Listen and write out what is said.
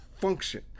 function